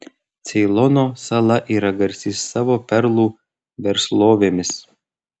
ceilono sala yra garsi savo perlų verslovėmis